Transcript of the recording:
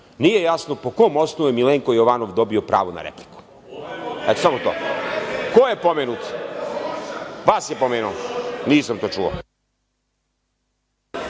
nije jasno po kom osnovu je Milenko Jovanov dobio pravo na repliku? Samo to. Ko je pomenut. Vas je pomenuo. Nisam to čuo.